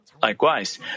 Likewise